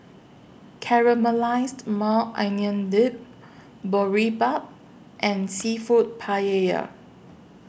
Caramelized Maui Onion Dip Boribap and Seafood Paella